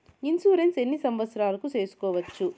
Insurance ఎన్ని సంవత్సరాలకు సేసుకోవచ్చు?